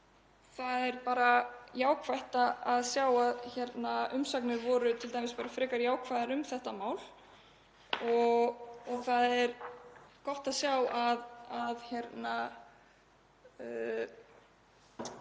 Það er bara jákvætt að sjá að umsagnir voru t.d. frekar jákvæðar um þetta mál og það er gott að sjá að málinu